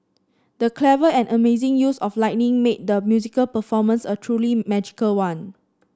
the clever and amazing use of lighting made the musical performance a truly magical one